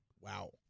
Wow